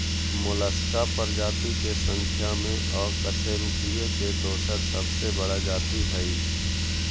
Mollusca प्रजाति के संख्या में अकशेरूकीय के दोसर सबसे बड़ा जाति हइ